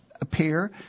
appear